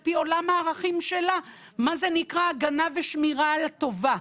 פי עולם הערכים שלה מה זה הגנה ושמירה על טובה.